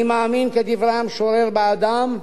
אני מאמין, כדברי המשורר, באדם,